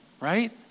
Right